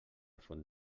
font